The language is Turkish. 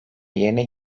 yerine